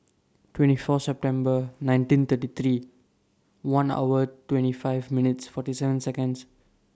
twenty four September nineteen thirty three one hours twenty five minutes forty seven Seconds